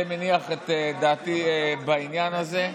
זה מניח את דעתי בעניין הזה.